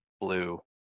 blue